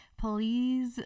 Please